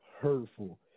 hurtful